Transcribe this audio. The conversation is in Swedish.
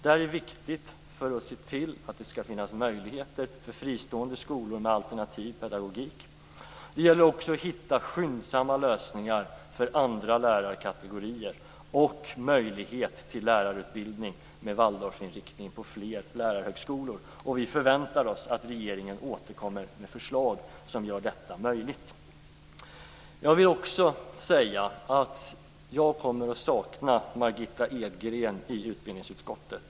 Det här är viktigt för att se till att det finns möjligheter för fristående skolor med alternativ pedagogik. Det gäller också att hitta skyndsamma lösningar för andra lärarkategorier och möjlighet till lärarutbildning med Waldorfinriktning på fler lärarhögskolor. Vi förväntar oss att regeringen återkommer med förslag som gör detta möjligt. Jag vill också säga att jag kommer att sakna Margitta Edgren i utbildningsutskottet.